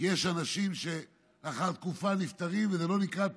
כי יש אנשים שלאחר תקופה נפטרים וזאת לא נקראת תאונה,